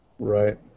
Right